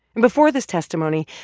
and before this testimony,